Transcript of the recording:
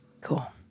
Cool